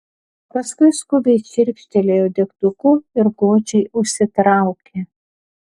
paskui skubiai čirkštelėjo degtuku ir godžiai užsitraukė